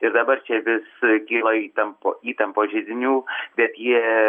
ir dabar čia vis gyva įtampa įtampos židinių bet jie